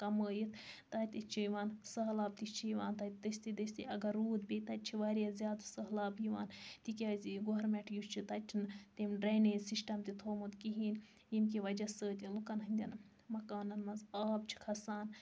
کَمٲیِتھ تَتہِ چھِ یِوان سہلاب تہِ چھ یِوان تَتہِ دستی دستی اگر روٗد پیٚیہِ تَتہِ چھُ واریاہ زیاد سہلاب یِوان تکیاز گورمنٹ یُس چھُ تَتہِ چھنہٕ تِم ڈرینیج سِسٹَم تہِ تھوومُت کِہیٖنۍ ییٚمہِ کہِ وَجہ سۭتۍ لُکَن ہٕنٛدیٚن مَکانَن مَنٛز آب چھُ کھَسان